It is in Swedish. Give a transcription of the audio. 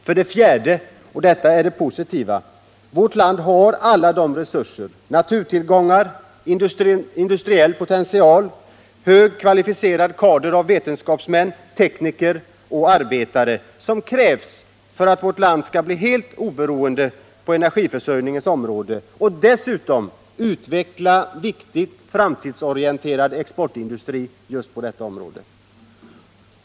För det fjärde, och detta är det positiva, har vårt land alla de resurser — naturtillgångar, industriell potential och högt kvalificerade kadrer av vetenskapsmän, tekniker och arbetare — som krävs för att bli helt oberoende på energiförsörjningens område och dessutom utveckla viktiga framtidsorienterade exportindustrier på detta område.